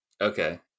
Okay